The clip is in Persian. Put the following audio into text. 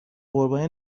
قربانی